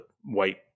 white